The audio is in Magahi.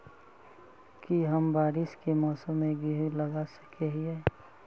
की हम बारिश के मौसम में गेंहू लगा सके हिए?